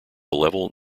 level